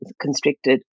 constricted